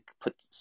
put